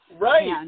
Right